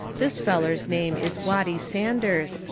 this feller's name is watty sanders,